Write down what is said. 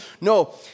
no